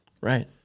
Right